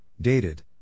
dated